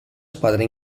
squadra